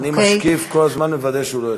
אני משקיף כל הזמן, מוודא שהוא לא יוצא.